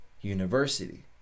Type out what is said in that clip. University